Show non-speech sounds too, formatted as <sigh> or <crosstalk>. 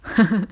<laughs>